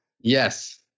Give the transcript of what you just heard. Yes